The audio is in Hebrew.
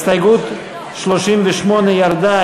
הסתייגות 38 ירדה.